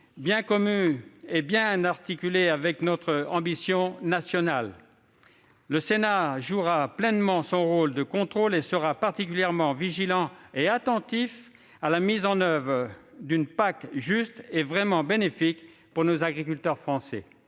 bien conçue et bien articulée avec notre ambition nationale. Le Sénat jouera pleinement son rôle de contrôle et sera particulièrement vigilant et attentif à la mise en oeuvre d'une PAC juste et véritablement bénéfique pour les agriculteurs français.